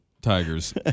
Tigers